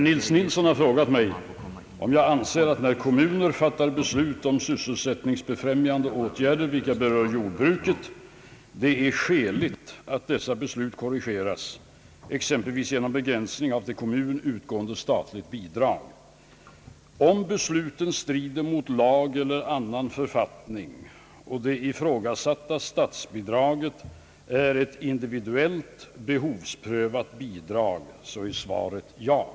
»Anser Finansministern, att när kommuner fattat beslut om sysselsättningsbefrämjande åtgärder vilka berör jordbruket, det är skäligt att dessa beslut korrigeras, exempelvis genom begränsning av till kommun utgående statligt bidrag?»; ävensom